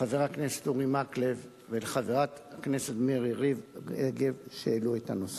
לחבר הכנסת אורי מקלב ולחברת הכנסת מירי רגב שהעלו את הנושא.